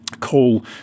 call